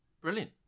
Brilliant